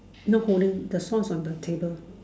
not holding the saw is on the table